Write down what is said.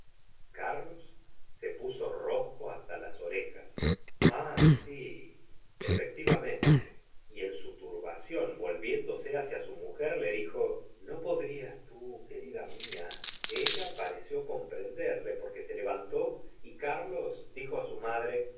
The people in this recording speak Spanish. carlos se puso rojo hasta las orejas ah sil efectivamente y en su turbación volviéndose hacia su mujer le dijo no podrías tú querida mía ella pareció comprenderle porque se levantó y carlos dijo á su madre